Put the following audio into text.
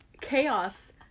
Chaos